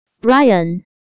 Brian